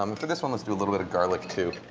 um for this one let's do a little bit of garlic, too.